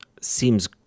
seems